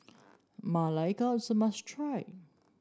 Ma Lai Gao is a must try